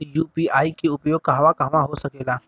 UPI के उपयोग कहवा कहवा हो सकेला?